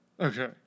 Okay